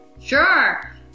sure